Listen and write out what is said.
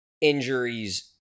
injuries